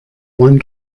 one